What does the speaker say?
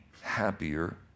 happier